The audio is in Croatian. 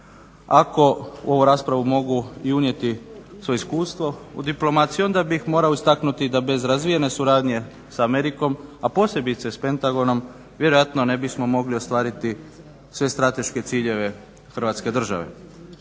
Ako u ovu raspravu mogu unijeti i svoje iskustvo u diplomaciji onda bih morao istaknuti da bez razvijene suradnje s Amerikom, a posebice s Pentagonom vjerojatno ne bismo mogli ostvariti sve strateške ciljeve Hrvatske države.